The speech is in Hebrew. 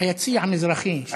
היציע המזרחי של "בית"ר".